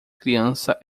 criança